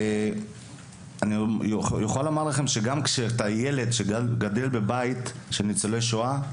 אני יכול לומר לכם שגם כשאתה ילד שגדל בבית של ניצולי שואה,